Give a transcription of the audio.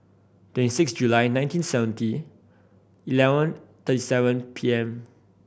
twenty six July nineteen seventy eleven thirty seven P M